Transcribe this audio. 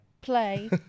Play